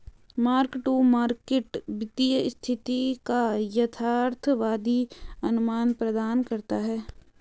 mark to market वित्तीय स्थिति का यथार्थवादी अनुमान प्रदान करता है